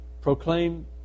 Proclaim